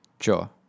Sure